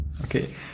Okay